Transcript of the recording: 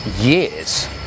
years